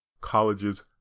Colleges